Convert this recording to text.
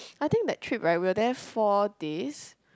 I think that trip right were there four days